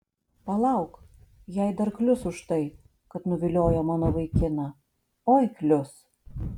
palauk jai dar klius už tai kad nuviliojo mano vaikiną oi klius